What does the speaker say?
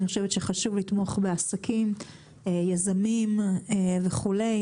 אני חושבת שחשוב לתמוך בעסקים, יזמים, וכולי.